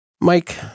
Mike